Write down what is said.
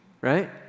right